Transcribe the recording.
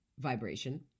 vibration